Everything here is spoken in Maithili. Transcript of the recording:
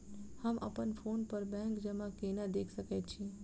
हम अप्पन फोन पर बैंक जमा केना देख सकै छी?